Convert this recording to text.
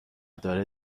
داره